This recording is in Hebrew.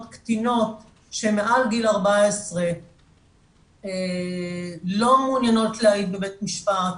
קטינות שהן מעל גיל 14 לא מעוניינות להעיד בבית משפט,